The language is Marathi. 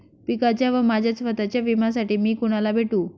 पिकाच्या व माझ्या स्वत:च्या विम्यासाठी मी कुणाला भेटू?